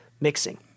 mixing